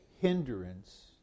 hindrance